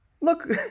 Look